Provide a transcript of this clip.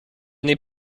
n’est